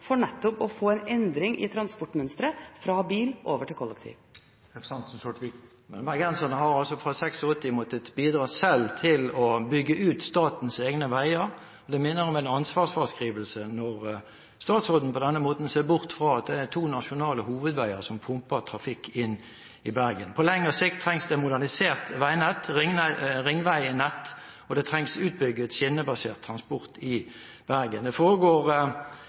transportmønsteret fra bil over til kollektiv. Men bergenserne har altså fra 1986 måttet bidra selv til å bygge ut statens egne veier. Det minner om en ansvarsfraskrivelse når statsråden på denne måten ser bort fra at det er to nasjonale hovedveier som pumper trafikk inn i Bergen. På lengre sikt trengs det et modernisert veinett, ringveinett, og det trengs utbygd skinnebasert transport i Bergen. Det foregår